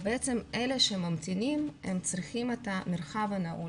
אלה שממתינים צריכים את המרחב הנעול,